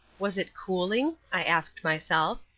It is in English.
was it cooling? i asked myself.